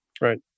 right